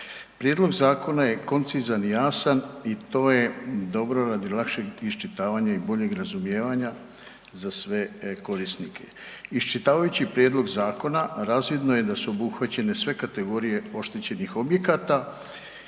Prijedlog zakona je koncizan i jasan i to je dobro radi lakšeg iščitavanja i boljeg razumijevanja za sve .../Govornik se ne razumije./... korisnike. Iščitavajući Prijedlog zakona razvidno je da su obuhvaćene sve kategorije oštećenih objekata